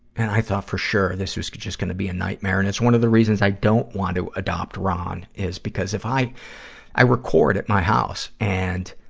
and i thought for sure this was just gonna be a nightmare. and it's one of the reasons i don't want to adopt ron, is because if i i record at my house, and